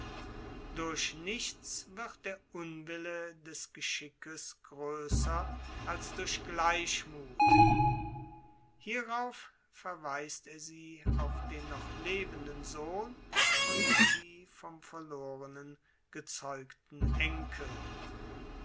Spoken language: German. durch nichts wird der unwille des geschickes größer als durch gleichmuth hierauf verweist er sie auf den noch lebenden sohn und die vom verlorenen gezeugten enkel